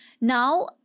Now